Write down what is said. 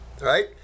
right